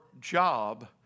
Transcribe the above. job